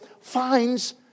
finds